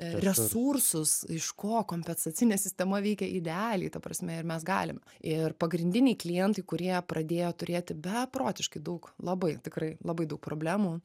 resursus iš ko kompensacinė sistema veikia idealiai ta prasme ir mes galim ir pagrindiniai klientai kurie pradėjo turėti beprotiškai daug labai tikrai labai daug problemų